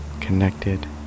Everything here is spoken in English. Connected